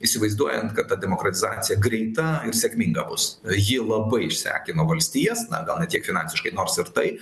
įsivaizduojant kad ta demokratizacija greita ir sėkminga bus jį labai išsekino valstijas na gal ne tiek finansiškai nors ir tai